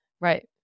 Right